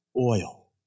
oil